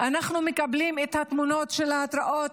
אנחנו מקבלים את התמונות של ההתראות,